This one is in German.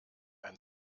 ein